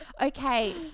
Okay